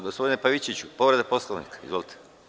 Gospodine Pavićeviću, povreda Poslovnika? (Da) Izvolite.